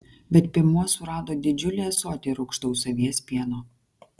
bet piemuo surado didžiulį ąsotį rūgštaus avies pieno